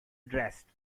dressed